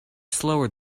slower